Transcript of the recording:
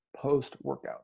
post-workout